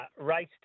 Race